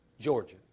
Georgia